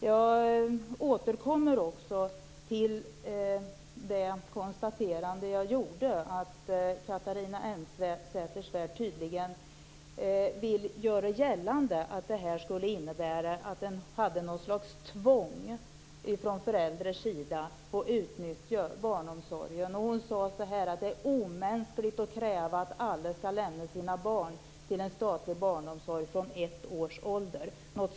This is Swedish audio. Jag återkommer också till det konstaterande jag gjorde, nämligen att Catharina Elmsäter-Svärd tydligen vill göra gällande att detta skulle innebära något slags tvång för föräldrar att utnyttja barnomsorgen. Hon sade att det är omänskligt att kräva att alla skall lämna sina barn till en statlig barnomsorg från ett års ålder.